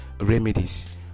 remedies